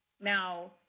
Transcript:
Now